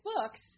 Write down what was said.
books